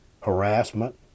harassment